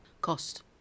Cost